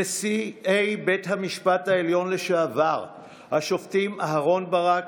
נשיאי בית המשפט העליון לשעבר השופטים אהרון ברק,